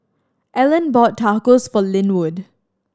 Ellen bought Tacos for Linwood